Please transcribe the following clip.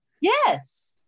yes